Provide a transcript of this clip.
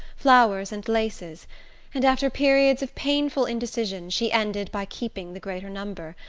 flowers and laces and after periods of painful indecision she ended by keeping the greater number,